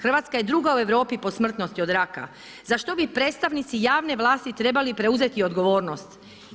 Hrvatska je druga u Europi po smrtnosti od raka za što bi predstavnici javne vlasti trebali preuzeti odgovornost.